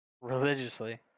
religiously